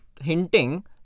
hinting